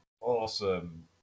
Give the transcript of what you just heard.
Awesome